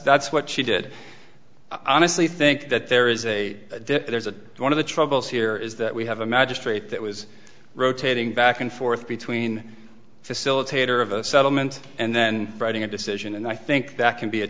that's what she did i honestly think that there is a there's a one of the troubles here is that we have a magistrate that was rotating back and forth between a facilitator of a settlement and then writing a decision and i think that can be a